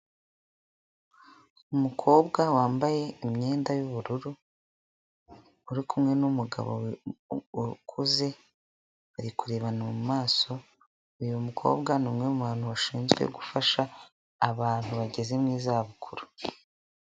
Umukobwa wambaye imyenda y'ubururu uri kumwe n'umugabo ukuze, bari kurebana mu maso uyu mukobwa ni umwe mubantu bashinzwe gufasha abantu bageze mu iz'abukuru.